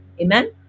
amen